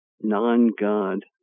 non-God